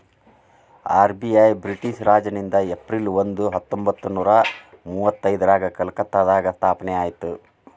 RBI British ರಾಜನಿಂದ April ಒಂದ ಹತ್ತೊಂಬತ್ತನೂರ ಮುವತ್ತೈದ್ರಾಗ ಕಲ್ಕತ್ತಾದಾಗ ಸ್ಥಾಪನೆ ಆಯ್ತ್